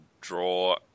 draw